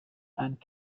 and